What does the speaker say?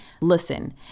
listen